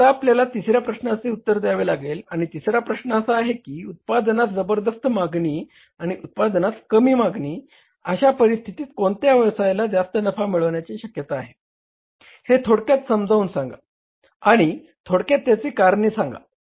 आता आपल्याला तिसर्या प्रश्नाचे उत्तर द्यावे लागेल आणि तिसरा प्रश्न असा आहे की उत्पादनास जबरदस्त मागणी आणि उत्पादनास कमी मागणी अशा परिस्थितीत कोणता व्यवसायाला जास्त नफा मिळवण्याची शक्यता आहे हे थोडक्यात समजावून सांगा आणि थोडक्यात त्याची कारणे सांगा